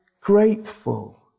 grateful